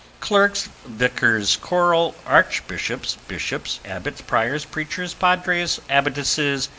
clerks, vicars-choral, archbishops, bishops, abbots, priors, preachers, padres, abbotesses,